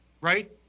right